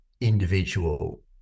individual